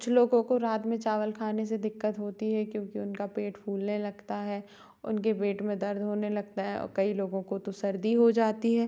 कुछ लोगों को रात में चावल खाने से दिक्कत होती है क्योंकि उनका पेट फूलने लगता है उनके पेट में दर्द होने लगता है औ कई लोगों को तो सर्दी हो जाती है